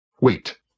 wait